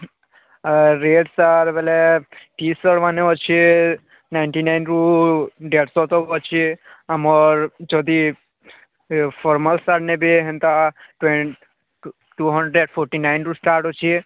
rate sir ବୋଇଲେ T shirt ମାନେ ଅଛି ନାଇଣ୍ଟି ନାଇନରୁୁ ଦେଢ଼ଶହ ତ ଅଛି ଆମର ଯଦି ଫର୍ମାଲ ସାର୍ଟ୍ ନେବେ ତେବେ ଟୁ ହଣ୍ଡ୍ରେଡ୍ ଫର୍ଟି ନାଇନରୁୁ ଷ୍ଟାର୍ଟ୍ ଅଛି